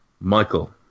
Michael